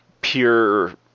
pure